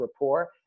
rapport